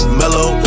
mellow